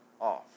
off